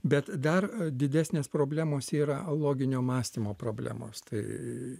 bet dar didesnės problemos yra loginio mąstymo problemos tai